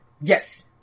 Yes